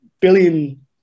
billion